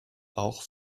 auch